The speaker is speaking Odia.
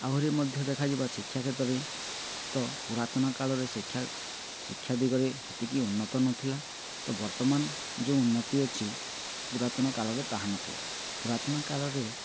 ଆହୁରି ମଧ୍ୟ ଦେଖାଯିବା ଶିକ୍ଷା କ୍ଷେତ୍ରରେ ତ ପୁରାତନ କାଳରେ ଶିକ୍ଷା ଶିକ୍ଷା ଦିଗରେ ହେତିକି ଉନ୍ନତ ନଥିଲା ତ ବର୍ତ୍ତମାନ ଯେଉଁ ଉନ୍ନତି ଅଛି ପୁରାତନ କାଳରେ ତାହା ନଥିଲା ପୁରାତନ କାଳରେ